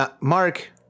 Mark